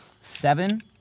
Seven